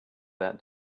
that